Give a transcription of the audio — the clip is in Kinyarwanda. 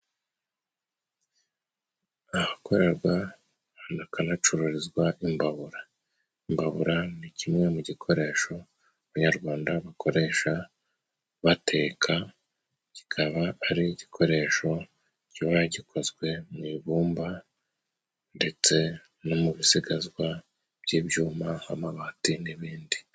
Ahakorerwa hanakanacururizwa imbabura. Imbabura ni kimwe mu gikoresho abanyarwanda bakoresha bateka, kikaba ari igikoresho kiba gikozwe mu ibumba, ndetse no mu bisigazwa by'ibyuma nk'amabati n'ibindi.